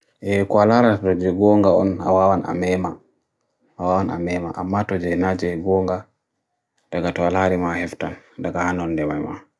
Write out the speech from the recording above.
E kualara pradze gunga on awawan a meema, awawan a meema, ammato je naji gunga daga to alari ma heftan, daga hanon de maema.